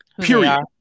period